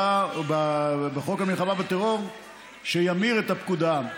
או בחוק המלחמה בטרור שימיר את הפקודה,